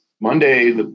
Monday